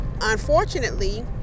unfortunately